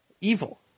Evil